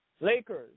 Lakers